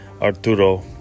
arturo